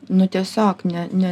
nu tiesiog ne ne